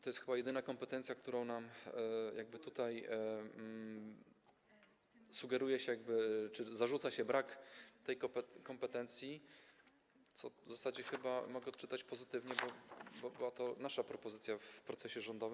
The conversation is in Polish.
to jest chyba jedyna kompetencja, co do której nam jakby tutaj sugeruje się czy zarzuca się brak tej kompetencji, co w zasadzie chyba mogę odczytać pozytywnie, bo była to nasza propozycja w procesie rządowym.